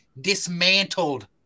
dismantled